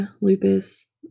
lupus